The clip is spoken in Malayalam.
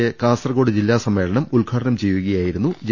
എ കാസർകോട് ജില്ലാ സമ്മേ ളനം ഉദ്ഘാടനം ചെയ്യുകയായിരുന്നു ജെ